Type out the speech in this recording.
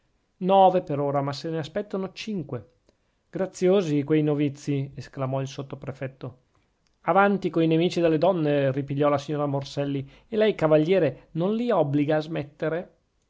nove per ora ma se ne aspettano cinque graziosi quei novizi esclamò il sottoprefetto avanti coi nemici delle donne ripigliò la signora morselli e lei cavaliere non li obbliga a smettere